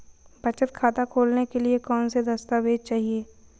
बचत खाता खोलने के लिए कौनसे दस्तावेज़ चाहिए?